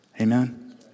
Amen